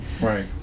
Right